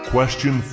Question